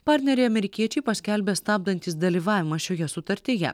partneriai amerikiečiai paskelbė stabdantys dalyvavimą šioje sutartyje